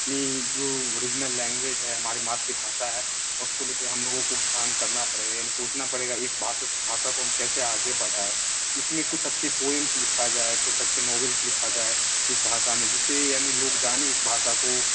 ये जो original language है हमारी मातृभाषा है उसको लेकर हम लोगों को उत्थान करना पड़े यानी सोचना पड़ेगा इस भास भाषा को हम कैसे आगे बढ़ाएँ इसमें कुछ अच्छे पोयम्स लिखा जाए कुछ अच्छे नोवल्स लिखा जाए इस भाषा में जिससे ये अन्य लोग जानें इस भाषा को